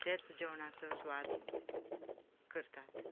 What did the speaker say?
ताचो जेवणाचो स्वाद करतात